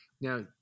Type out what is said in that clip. Now